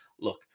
Look